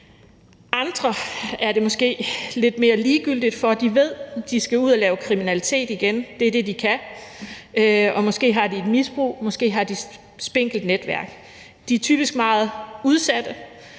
Andre er det måske lidt mere ligegyldigt for. De ved, at de skal ud og lave kriminalitet igen. Det er det, de kan, og måske har de et misbrug, måske har de et spinkelt netværk. De er typisk meget udsatte,